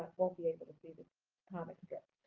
won't be able to see the comic strip.